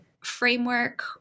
framework